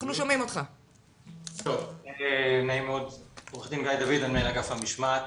מנהל אגף המשמעת.